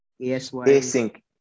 async